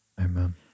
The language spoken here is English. Amen